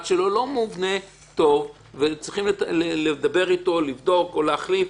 שלו לא מובנה טוב וצריכים לדבר איתו ולבדוק ולהחליט.